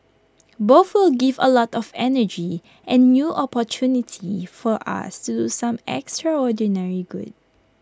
both will give A lot of energy and new opportunity for us to do some extraordinary good